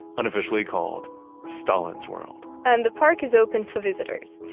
unofficially called stalin's world and the park is open for visitors.